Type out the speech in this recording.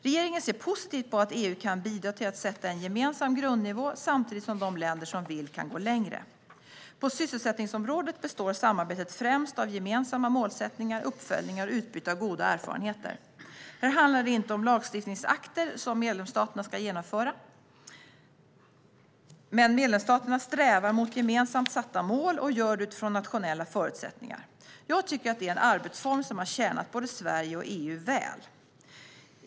Regeringen ser positivt på att EU kan bidra till att sätta en gemensam grundnivå samtidigt som de länder som vill kan gå längre. På sysselsättningsområdet består samarbetet främst av gemensamma målsättningar, uppföljningar och utbyte av goda erfarenheter. Här handlar det inte om lagstiftningsakter som medlemsstaterna ska genomföra, men medlemsstaterna strävar mot gemensamt satta mål och gör det utifrån nationella förutsättningar. Jag tycker att det är en arbetsform som har tjänat både Sverige och EU väl.